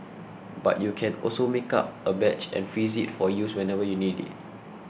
but you can also make up a batch and freeze it for use whenever you need it